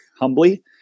humbly